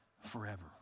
forever